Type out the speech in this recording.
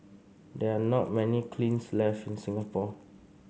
there are not many kilns left in Singapore